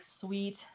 sweet